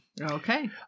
Okay